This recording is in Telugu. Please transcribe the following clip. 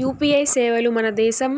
యు.పి.ఐ సేవలు మన దేశం